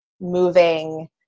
moving